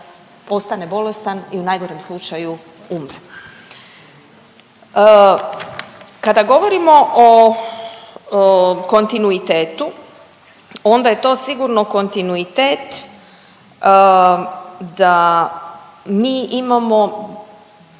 ostane bolestan i u najgorem slučaju umre. Kada govorimo o kontinuitetu, onda je to sigurno kontinuitet da mi imamo